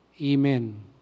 Amen